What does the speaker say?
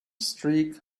streak